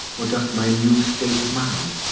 or just my new state of mind?